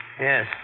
Yes